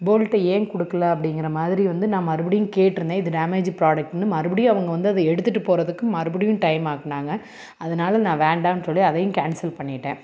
bolt ஏன் கொடுக்குல அப்படிங்கற மாதிரி வந்து நான் மறுபடியும் கேட்ருந்தேன் இது டேமேஜ் ப்ராடக்ட்டுன்னு மறுபடியும் அவங்க வந்து அது எடுத்துகிட்டு போகறதுக்கு மறுபடியும் டைம் ஆக்குனாங்க அதனால நான் வேண்டான்னு சொல்லி அதையும் கேன்சல் பண்ணிவிட்டன்